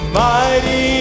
mighty